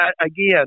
again